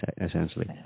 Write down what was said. essentially